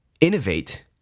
Innovate